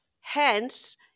hence